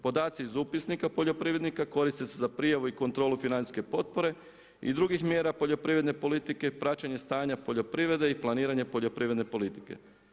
Podaci iz upisnika poljoprivrednika koriste za prijavu i kontrolu financijske potpore i drugih mjera poljoprivredne politike i praćenje stanja poljoprivrede i planiranje poljoprivredne politike.